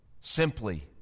simply